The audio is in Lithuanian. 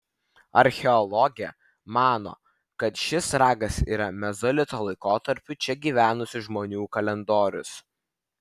archeologė mano kad šis ragas yra mezolito laikotarpiu čia gyvenusių žmonių kalendorius